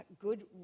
good